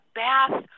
bath